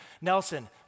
Nelson